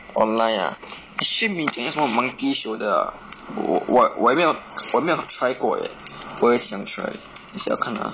online ah xu min 讲要什么 monkey shoulder ah 我我我也没有我没有 try 过 leh 我也想 try 等下看 ah